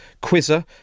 quizzer